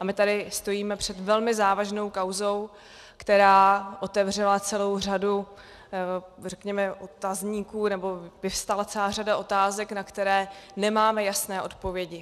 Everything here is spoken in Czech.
My tady stojíme před velmi závažnou kauzou, která otevřela celou řadu, řekněme, otazníků, nebo vyvstala celá řada otázek, na které nemáme jasné odpovědi.